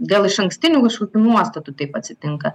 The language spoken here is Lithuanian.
dėl išankstinių kažkokių nuostatų taip atsitinka